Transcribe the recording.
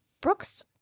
Brooks